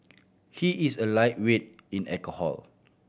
he is a lightweight in alcohol